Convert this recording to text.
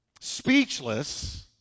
speechless